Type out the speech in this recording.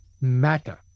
matter